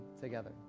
together